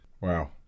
Wow